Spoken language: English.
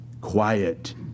quiet